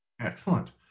Excellent